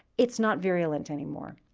it's not virulent anymore.